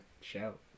shout